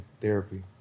Therapy